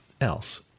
else